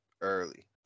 early